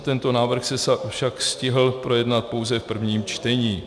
Tento návrh se však stihl projednat pouze v prvním čtení.